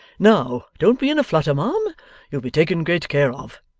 now, don't be in a flutter, ma'am you'll be taken great care of.